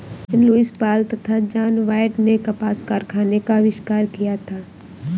Lewis Paul तथा John Wyatt ने कपास कारखाने का आविष्कार किया था